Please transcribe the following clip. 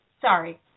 Sorry